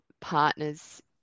partners